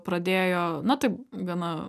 pradėjo na taip gana